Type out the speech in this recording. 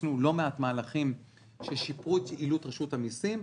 עשינו לא מעט מהלכים ששיפרו את יעילות רשות המסים,